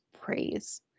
praise